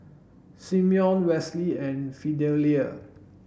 Simeon Westley and Fidelia